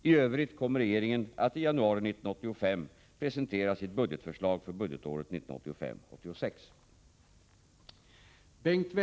I övrigt kommer regeringen att i januari 1985 presentera sitt budgetförslag för budgetåret 1985/86.